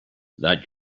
that